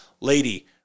Lady